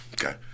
Okay